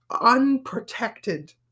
unprotected